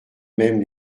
même